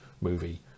movie